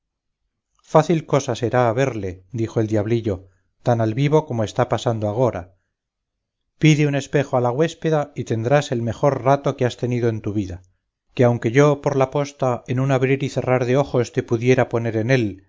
fácil cosa será verle dijo el diablillo tan al vivo como está pasando agora pide un espejo a la güéspeda y tendrás el mejor rato que has tenido en tu vida que aunque yo por la posta en un abrir y cerrar de ojos te pudiera poner en él